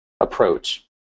approach